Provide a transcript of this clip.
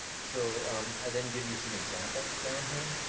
so i then give you some examples down here.